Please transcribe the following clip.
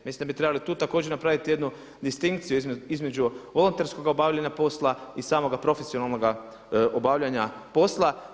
Mislim da bi trebali tu također napraviti jednu distinkciju između volonterskoga obavljanja posla i samoga profesionalnoga obavljanja posla.